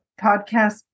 podcast